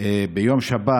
ביום שבת